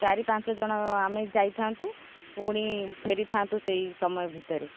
ଚାରି ପାଞ୍ଚ ଜଣ ଆମେ ଯାଇଥାନ୍ତୁ ପୁଣି ଫେରିଥାନ୍ତୁ ସେଇ ସମୟ ଭିତରେ